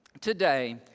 today